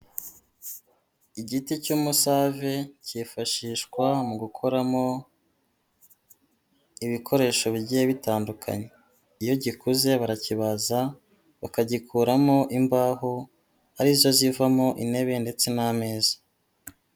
Igiti cy'umusave kifashishwa mu gukoramo, ibikoresho bigiye bitandukanye. Iyo gikuze barakibaza, bakagikuramo imbaho, ari zo zivamo intebe ndetse n'ameza.